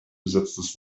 besetztes